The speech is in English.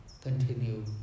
continue